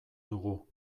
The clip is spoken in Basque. dugu